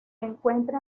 encuentra